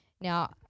Now